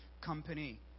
company